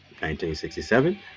1967